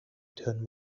turn